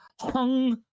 hung